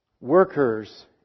workers